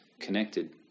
connected